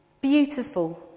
Beautiful